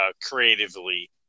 creatively